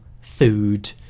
Food